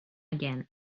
again